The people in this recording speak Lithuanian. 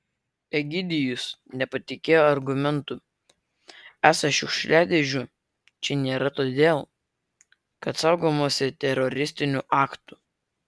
egidijus nepatikėjo argumentu esą šiukšliadėžių čia nėra todėl kad saugomasi teroristinių aktų